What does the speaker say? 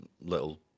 little